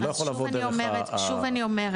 זה לא יכול לבוא דרך -- שוב אני אומרת,